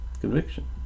conviction